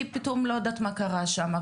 כי פתאום אני לא יודעת מה קרה שם.